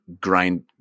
grind